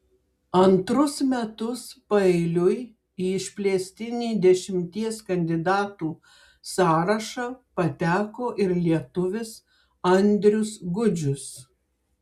antrus metus paeiliui į išplėstinį dešimties kandidatų sąrašą pateko ir lietuvis andrius gudžius